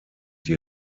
die